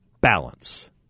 BALANCE